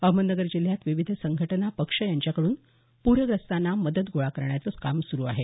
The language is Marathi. अहमदनगर जिल्ह्यात विविध संघटना पक्ष यांच्याकडून पूरग्रस्तांना मदत गोळा करण्याचे सुरू आहे